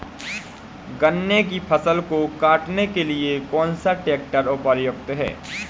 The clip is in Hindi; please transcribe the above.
गन्ने की फसल को काटने के लिए कौन सा ट्रैक्टर उपयुक्त है?